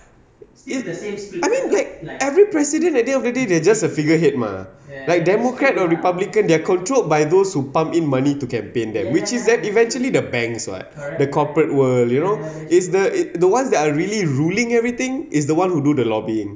I mean like every president at the end of the day they're just a figurehead mah like democrat or republican they're controlled by those who pump in money to campaign them which is that eventually the banks [what] the corporate world you know it's the it's the ones that are really ruling everything is the one who do the lobbying